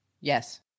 yes